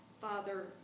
Father